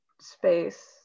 space